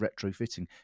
retrofitting